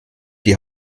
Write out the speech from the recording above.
die